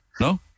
No